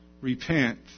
repent